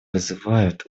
вызывают